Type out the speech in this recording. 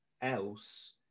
else